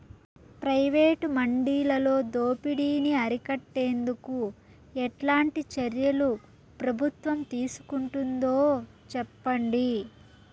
Private మండీలలో దోపిడీ ని అరికట్టేందుకు ఎట్లాంటి చర్యలు ప్రభుత్వం తీసుకుంటుందో చెప్పండి?